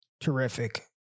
terrific